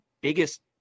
biggest